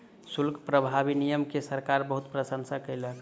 शुल्क प्रभावी नियम के सरकार बहुत प्रशंसा केलक